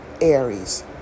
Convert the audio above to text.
Aries